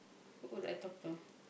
who do I talk to